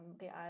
Real